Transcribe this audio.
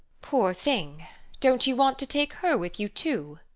poor thing don't you want to take her with you too?